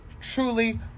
truly